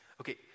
Okay